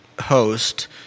host